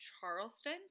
Charleston